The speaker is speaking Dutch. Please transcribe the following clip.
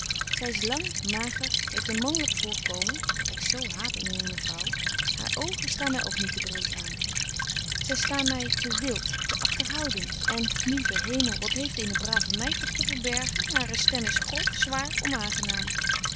zy is lang mager heeft een manlyk voorkomen dat ik betje wolff en aagje deken historie van mejuffrouw sara burgerhart zo haat in eene vrouw haar oogen staan my ook niet te breet aan zy staan my te wilt te agterhoudent en lieve hemel wat heeft eene brave meid toch te verbergen hare stem is grof zwaar onaangenaam